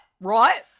right